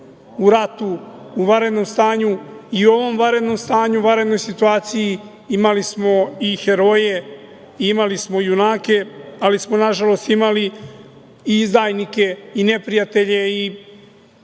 u ratu, u vanrednom stanju i u ovom vanrednom stanju, vanrednoj situaciji imali smo i heroje, imali smo junake, ali smo na žalost imali i izdajnike i neprijatelje i